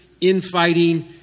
infighting